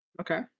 Okay